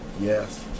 Yes